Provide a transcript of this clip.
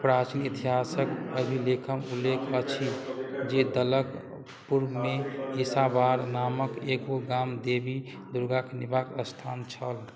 प्राचीन इतिहासक अभिलेखमे उल्लेख अछि जे दलक पूर्वमे इसाबार नामक एगो गाम देवी दुर्गाक निवास स्थान छल